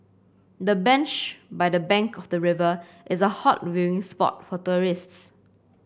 the bench by the bank of the river is a hot viewing spot for tourists